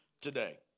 today